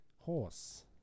Horse